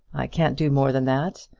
i can't do more than that.